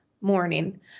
morning